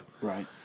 Right